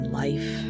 life